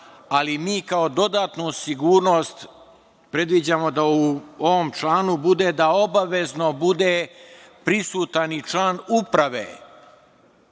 ali mi kao dodatnu sigurnost predviđamo da u ovom članu bude da obavezno bude prisutan i član uprave